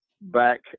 back